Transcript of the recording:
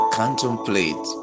contemplate